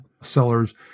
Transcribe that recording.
sellers